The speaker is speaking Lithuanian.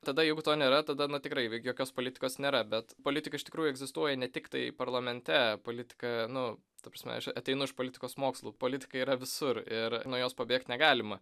tada jeigu to nėra tada na tikrai jokios politikos nėra bet politika iš tikrųjų egzistuoja ne tiktai parlamente politika nu ta prasme aš ateinu iš politikos mokslų politika yra visur ir nuo jos pabėgti negalima